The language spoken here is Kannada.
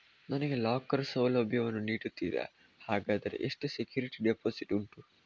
ನನಗೆ ಲಾಕರ್ ಸೌಲಭ್ಯ ವನ್ನು ನೀಡುತ್ತೀರಾ, ಹಾಗಾದರೆ ಎಷ್ಟು ಸೆಕ್ಯೂರಿಟಿ ಡೆಪೋಸಿಟ್ ಉಂಟು?